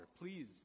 please